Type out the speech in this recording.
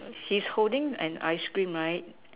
he's holding an ice cream right